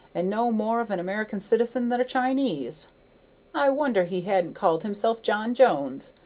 and no more of an american citizen than a chinese i wonder he hadn't called himself john jones,